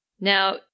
Now